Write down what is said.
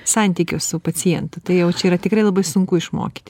santykio su pacientu tai jau čia yra tikrai labai sunku išmokyti